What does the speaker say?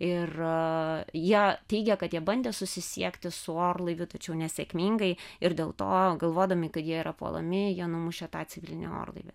ir jie teigė kad jie bandė susisiekti su orlaiviu tačiau nesėkmingai ir dėl to galvodami kad jie yra puolami jie numušė tą civilinį orlaivį